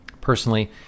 Personally